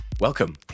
Welcome